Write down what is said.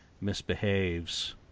misbehaves